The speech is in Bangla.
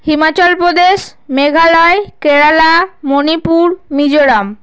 হিমাচল প্রদেশ মেঘালয় কেরালা মনিপুর মিজোরাম